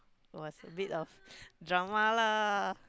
it was a bit of drama lah